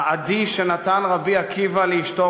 "ירושלים של זהב" העדי שנתן רבי עקיבא לאשתו